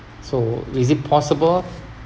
so is it possible